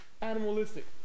animalistic